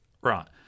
Right